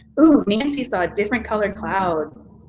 ooh, nancy saw different colored clouds.